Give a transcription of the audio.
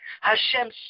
Hashem